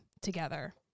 together